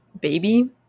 baby